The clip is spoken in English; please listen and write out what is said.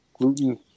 gluten